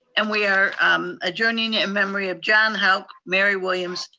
and we are adjourning in memory of john hauck, mary williams,